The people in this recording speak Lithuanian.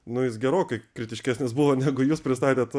nu jis gerokai kritiškesnis buvo negu jūs pristatėt